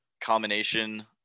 combination